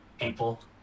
people